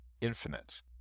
infinite